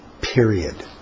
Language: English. Period